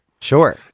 Sure